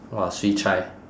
!wah! swee chai